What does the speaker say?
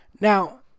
Now